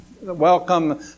Welcome